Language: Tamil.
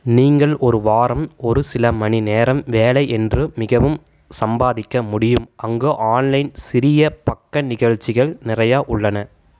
நீங்கள் ஒரு வாரம் ஒரு சில மணி நேரம் வேலை என்று மிகவும் சம்பாதிக்க முடியும் அங்கு ஆன்லைன் சிறிய பக்க நிகழ்ச்சிகள் நிறையா உள்ளன